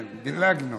כן, דילגנו.